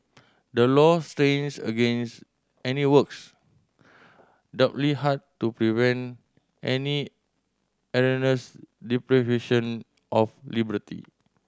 the law strains against any works doubly hard to prevent any erroneous deprivation of liberty